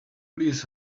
please